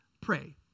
pray